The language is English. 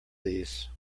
these